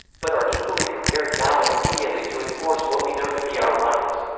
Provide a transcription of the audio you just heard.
but are equally prepared now and immediately to enforce what we know to be our rights.